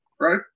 right